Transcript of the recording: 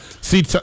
See